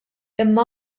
imma